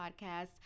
podcast